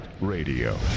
Radio